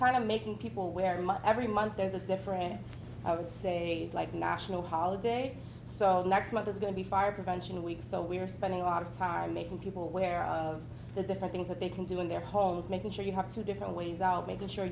of making people where much every month there's a different i would say like national holiday so next month is going to be fire prevention week so we're spending a lot of time making people aware of the different things that they can do in their homes making sure you have two different ways of making sure